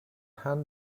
hand